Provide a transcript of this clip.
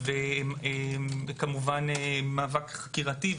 מאבק חקירתי,